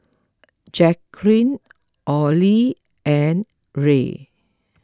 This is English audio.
Jacquline Olie and Rae